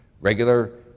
Regular